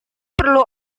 perlu